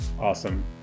Awesome